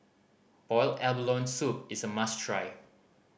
boiled abalone soup is a must try